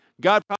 God